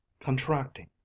contracting